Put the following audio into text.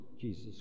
Jesus